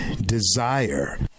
desire